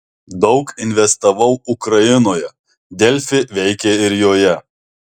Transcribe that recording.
daug investavau ukrainoje delfi veikia ir joje